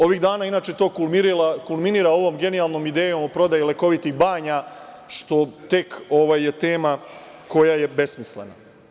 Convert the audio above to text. Ovih dana inače to kulminira ovom genijalnom idejom prodaji lekovitih banja, što je tek tema koja je besmislena.